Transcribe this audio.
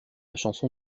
chanson